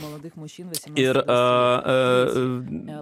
malonėk mušimąsi ir a